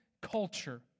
culture